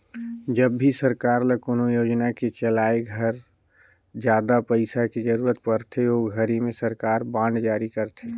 जब भी सरकार ल कोनो योजना के चलाए घर जादा पइसा के जरूरत परथे ओ घरी में सरकार बांड जारी करथे